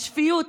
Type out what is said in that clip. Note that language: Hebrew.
השפיות,